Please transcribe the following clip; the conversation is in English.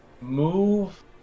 move